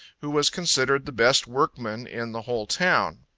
who was considered the best workman in the whole town.